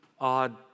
odd